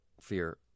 fear